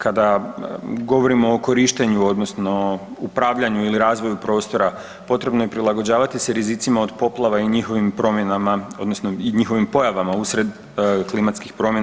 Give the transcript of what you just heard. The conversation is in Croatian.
Kada govorimo o korištenju odnosno upravljanju ili razvoju prostora potrebno je prilagođavati se rizicima od poplava i njihovim promjenama odnosno njihovim pojavama usred klimatskih promjena.